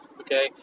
Okay